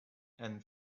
and